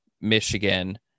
Michigan